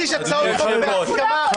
יש לי הצעות חוק בהסכמה שאני לא מצליח לקדם.